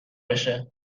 بشه